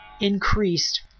increased